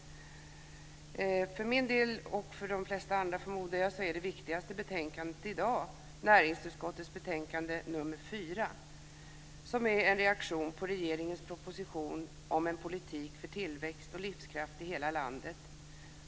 För min del, och för de flesta andra, förmodar jag, är det viktigaste betänkandet i dag näringsutskottets betänkande nr 4, som är en reaktion på regeringens proposition En politik för tillväxt och livskraft i hela landet.